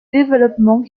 développements